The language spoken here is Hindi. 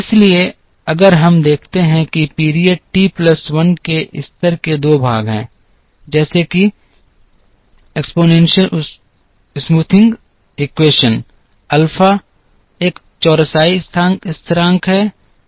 इसलिए अब अगर हम देखते हैं कि पीरियड टी प्लस 1 के स्तर के दो भाग हैं जैसे कि घातीय चौरसाई समीकरण अल्फा एक चौरसाई स्थिरांक है